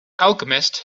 alchemist